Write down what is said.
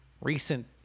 recent